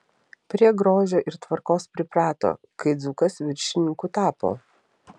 prie grožio ir tvarkos priprato kai dzūkas viršininku tapo